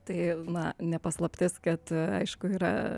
tai na ne paslaptis kad aišku yra